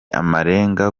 amarenga